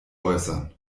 äußern